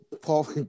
Paul